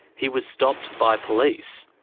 he was stopped by police.